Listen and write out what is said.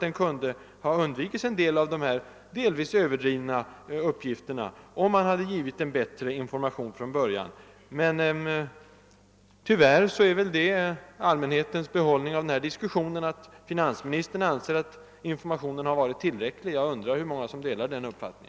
En del överdrivna farhågor skulle ha kunnat undvikas, om man hade givit en bättre information från början. Tyvärr blir väl allmänhetens behållning av denna diskussion att finansministern anser att informationen har varit tillräcklig. Jag undrar hur många som delar hans uppfattning.